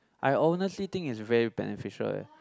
I honestly think it's very beneficial leh